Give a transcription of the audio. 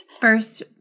First